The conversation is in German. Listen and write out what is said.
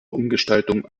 umgestaltung